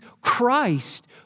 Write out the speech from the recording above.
Christ